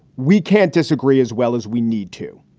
we can't disagree as well as we need to.